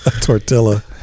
tortilla